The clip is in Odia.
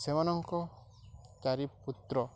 ସେମାନଙ୍କ ଚାରି ପୁତ୍ର